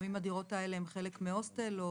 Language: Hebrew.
לפעמים הדירות האלה הן חלק מהוסטל או